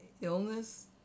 illness